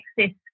Access